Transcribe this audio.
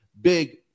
big